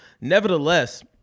Nevertheless